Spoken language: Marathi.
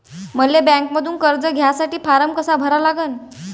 मले बँकेमंधून कर्ज घ्यासाठी फारम कसा भरा लागन?